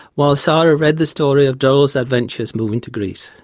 while sara read the story of durrell's adventures moving to greece.